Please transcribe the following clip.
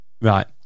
Right